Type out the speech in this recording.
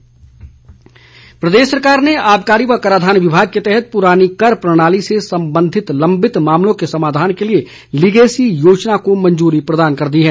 legacy योजना प्रदेश सरकार ने आबकारी व कराधान विभाग के तहत पुरानी कर प्रणाली से संबंधित लंबित मामलों के समाधान के लिए लीगेसी योजना को मंजूरी प्रदान कर दी है